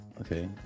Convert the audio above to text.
okay